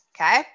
okay